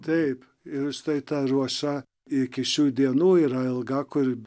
taip ir štai ta ruoša iki šių dienų yra ilga kur